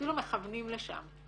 ואפילו מכוונים לשם.